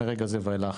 מרגע זה והילך